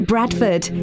Bradford